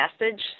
message